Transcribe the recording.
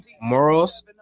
morals